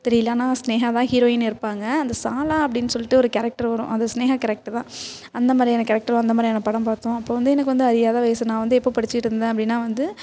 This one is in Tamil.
தெரியல ஆனால் ஸ்னேகா தான் ஹீரோயின் இருப்பாங்க அந்த சாலா அப்டின்னு சொல்லிட்டு ஒரு கேரக்ட்ரு வரும் அது ஸ்னேகா கேரக்டு தான் அந்தமாதிரியான கேரக்டர் அந்தமாதிரியான படம் பார்த்தோம் அப்போது வந்து எனக்கு வந்து அறியாத வயது நான் வந்து எப்போ படிச்சுட்ருந்தேன் அப்படின்னா வந்து